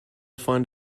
find